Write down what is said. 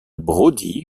brody